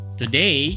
today